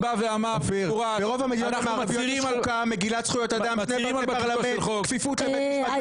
אנחנו מטילים מגילת זכויות אדם כפרלמנט כפיפות לבית המשפט הלאומי.